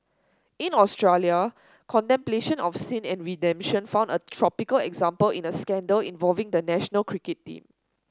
in Australia contemplation of sin and redemption found a topical example in a scandal involving the national cricket team